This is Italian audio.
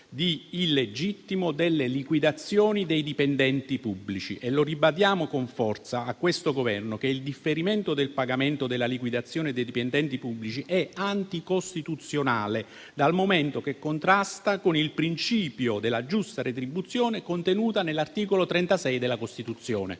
illegittimo delle liquidazioni dei dipendenti pubblici. Ribadiamo con forza a questo Governo che il differimento del pagamento della liquidazione dei dipendenti pubblici è anticostituzionale dal momento che contrasta con il principio della giusta retribuzione contenuta nell'articolo 36 della Costituzione.